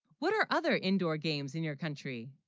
what are other indoor games in your country